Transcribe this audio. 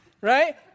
right